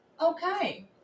Okay